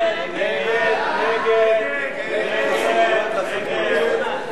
ההצעה להסיר מסדר-היום